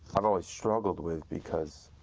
i've always struggled with, because